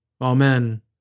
Amen